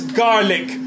garlic